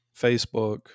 Facebook